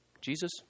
Jesus